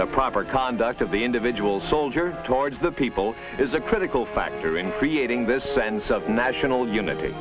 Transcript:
the proper conduct of the individual soldier towards the people is a critical factor in creating this sense of national unity